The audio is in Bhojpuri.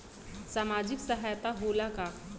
सामाजिक सहायता होला का?